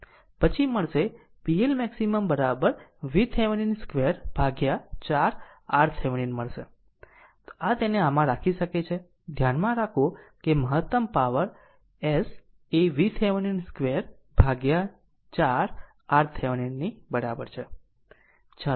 પછી મળશે pLmax VThevenin 2 ભાગ્યા 4 RThevenin મળશે આ તેને આમાં રાખી શકે છે ધ્યાનમાં રાખો કે મહત્તમ પાવર Sએ VThevenin 2 ભાગ્યા 4 RThevenin ની બરાબર છે